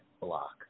block